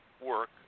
work